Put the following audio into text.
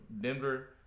Denver